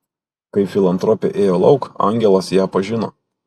kai filantropė ėjo lauk angelas ją pažino